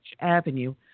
Avenue